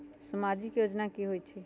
समाजिक योजना की होई छई?